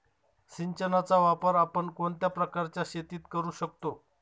सिंचनाचा वापर आपण कोणत्या प्रकारच्या शेतीत करू शकतो?